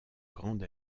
grande